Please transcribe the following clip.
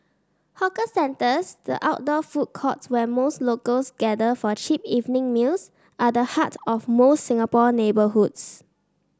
hawker centres the outdoor food courts where most locals gather for a cheap evening meals are the heart of most Singapore neighbourhoods